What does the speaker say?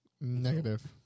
Negative